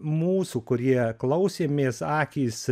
mūsų kurie klausėmės akys